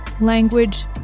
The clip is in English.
language